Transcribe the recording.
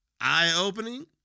eye-opening